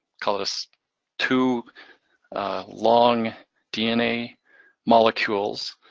call this two long dna molecules.